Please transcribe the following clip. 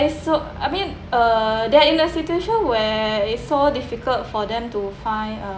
so I mean uh they are in a situation where it so difficult for them to find